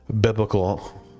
biblical